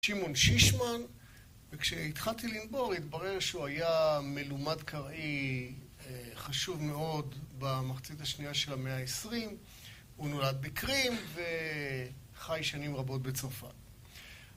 שימעון שישמן, וכשהתחלתי לנבור התברר שהוא היה מלומד קראי חשוב מאוד במחצית השנייה של המאה העשרים, הוא נולד בקרים וחי שנים רבות בצרפת.